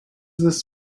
this